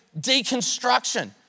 deconstruction